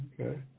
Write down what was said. Okay